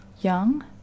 Young